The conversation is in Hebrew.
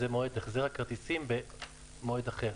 שזה מועד החזר הכרטיסים במועד אחר.